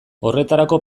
horretarako